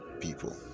people